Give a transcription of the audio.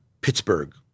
Pittsburgh